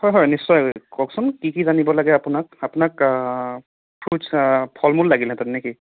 হয় হয় নিশ্চয় কওকচোন কি কি জানিব লাগে আপোনাক আপোনাক ফ্ৰুটচ ফল মূল লাগিলহেতেন নেকি